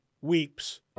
weeps